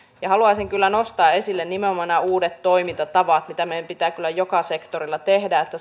haluaisin kyllä nostaa esille nimenomaan nämä uudet toimintatavat mitä meidän pitää kyllä joka sektorilla tehdä että